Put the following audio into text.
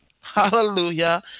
hallelujah